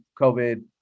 COVID